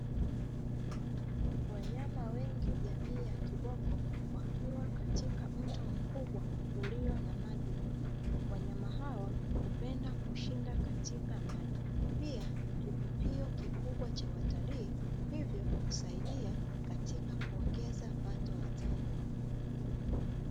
Wanyama wengi jamii ya kiboko wakiwa katika mto mkubwa ulio na maji mengi wanyama hao hupenda kushinda katika maji, pia ni kivutio kikubwa cha watalii hivyo husaidia katika kuongeza pato la taifa.